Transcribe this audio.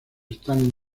stan